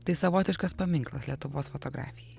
tai savotiškas paminklas lietuvos fotografijai